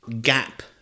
gap